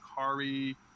Kari